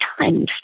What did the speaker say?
times